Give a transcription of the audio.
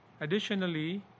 Additionally